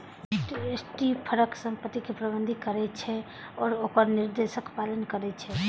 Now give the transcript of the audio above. trustee फंडक संपत्ति कें प्रबंधित करै छै आ ओकर निर्देशक पालन करै छै